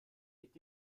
est